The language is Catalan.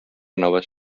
noves